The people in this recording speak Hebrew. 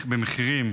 במחירים